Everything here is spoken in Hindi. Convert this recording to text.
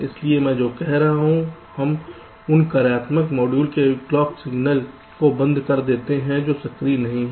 इसलिए मैं जो कह रहा हूं वह है हम उन कार्यात्मक मॉड्यूल से क्लॉक सिग्नल को बंद कर देते हैं जो सक्रिय नहीं हैं